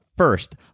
First